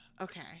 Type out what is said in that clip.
Okay